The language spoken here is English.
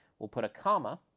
we'll put a comma.